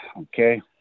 Okay